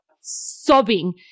sobbing